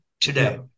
today